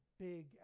big